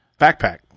Backpack